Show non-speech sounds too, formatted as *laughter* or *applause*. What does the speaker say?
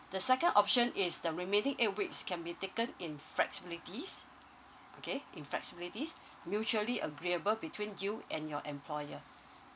the second option is the remaining eight weeks can be taken in flexibilities okay in flexibilities *breath* mutually agreeable between you and your employer